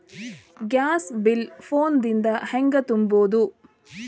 Gas bill phone ದಿಂದ ಹ್ಯಾಂಗ ತುಂಬುವುದು?